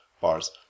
bars